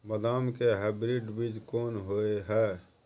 बदाम के हाइब्रिड बीज कोन होय है?